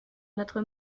notre